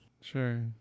Sure